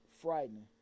frightening